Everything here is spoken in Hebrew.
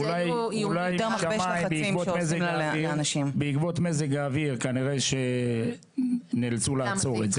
אולי בעקבות מזג האויר כנראה שנאלצו לעצור את זה.